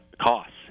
costs